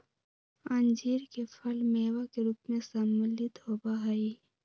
अंजीर के फल मेवा के रूप में सम्मिलित होबा हई